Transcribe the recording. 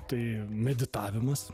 tai meditavimas